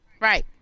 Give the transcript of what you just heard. Right